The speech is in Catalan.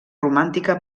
romàntica